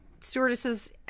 stewardesses